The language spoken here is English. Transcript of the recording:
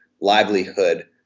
livelihood